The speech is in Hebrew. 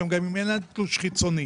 שגם אם אין להם תלוש חיצוני,